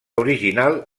original